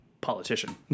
politician